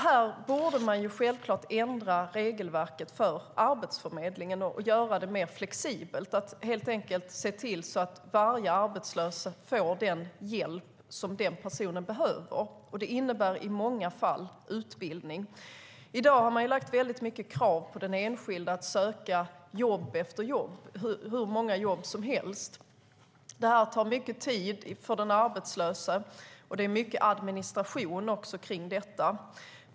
Här borde man självklart ändra regelverket för Arbetsförmedlingen och göra det mer flexibelt. Det handlar helt enkelt om att se till att varje arbetslös får den hjälp som den personen behöver. Det innebär i många fall utbildning. I dag har det lagts väldigt mycket krav på den enskilde. Man ska söka jobb efter jobb, hur många jobb som helst. Det tar mycket tid för den arbetslöse, och det är mycket administration kring detta.